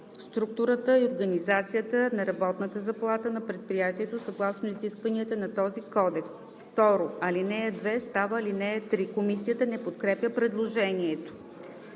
структурата и организацията на работната заплата на предприятието съгласно изискванията на този кодекс. 2. Алинея 2 става алинея 3.“ Комисията не подкрепя предложението.